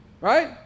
right